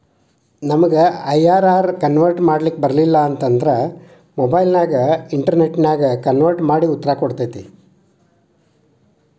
ನಮಗ IRR convert ಮಾಡ್ಲಿಕ್ ಬರಲಿಲ್ಲ ಅಂತ ಅಂದ್ರ ಮೊಬೈಲ್ ನ್ಯಾಗ ಇನ್ಟೆರ್ನೆಟ್ ನ್ಯಾಗ ಕನ್ವರ್ಟ್ ಮಡಿ ಉತ್ತರ ಕೊಡ್ತತಿ